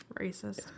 Racist